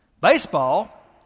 Baseball